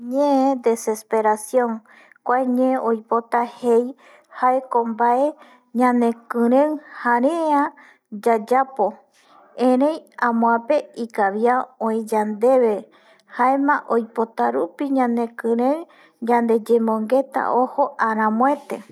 Ñe desesperación kua desesperación oipota jei jae ko mbae yandekirei jarea yayapo erei amüape ikavia ue yandeve jaema oipota rupi yandekirei yandeyemongueta ojo aramuete